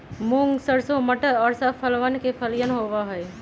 मूंग, सरसों, मटर और सब फसलवन के फलियन होबा हई